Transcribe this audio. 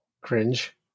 cringe